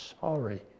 sorry